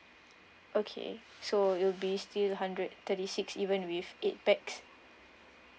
okay so it'll be still hundred thirty six even with eight pax